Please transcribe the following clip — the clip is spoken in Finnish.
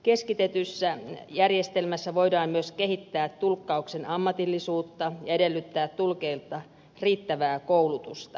keskitetyssä järjestelmässä voidaan myös kehittää tulkkauksen ammatillisuutta ja edellyttää tulkeilta riittävää koulutusta